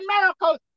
miracles